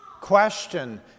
Question